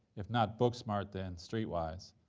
if not book-smart then street-wise.